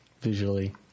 visually